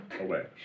away